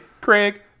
Craig